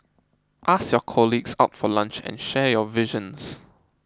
ask your colleagues out for lunch and share your visions